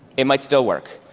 it might still work.